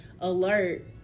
alert